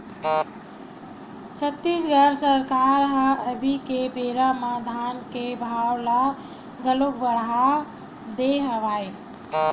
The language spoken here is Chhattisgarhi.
छत्तीसगढ़ सरकार ह अभी के बेरा म धान के भाव ल घलोक बड़हा दे हवय